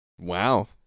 Wow